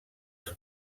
els